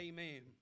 Amen